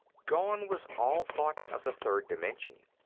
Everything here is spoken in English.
gone was all thought of the third dimension.